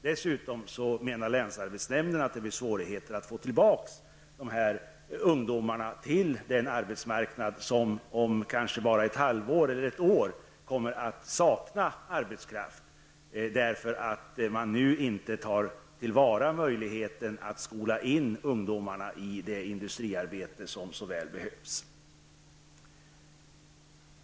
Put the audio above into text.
Dessutom menar länsarbetsnämnden att det blir svårt att få dessa ungdomar tillbaka till den arbetsmarknad som om kanske bara ett halvår eller ett år kommer att sakna arbetskraft, därför att man nu inte tar till vara möjligheterna att skola in ungdomar i industriarbetet, något som så väl behövs.